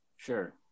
Sure